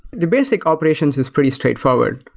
the basic operations is pretty straightforward.